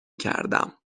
کردم